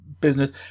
business